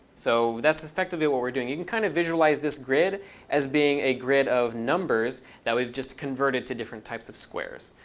so that's effectively what we're doing. you can kind of visualize this grid as being a grid of numbers that we've just converted to different types of squares.